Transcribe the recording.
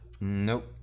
Nope